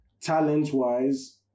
talent-wise